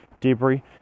debris